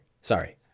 Sorry